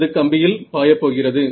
அது கம்பியில் பாயப் போகிறது